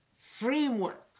framework